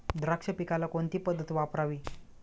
द्राक्ष पिकाला कोणती पद्धत वापरावी?